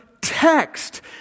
text